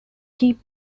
keep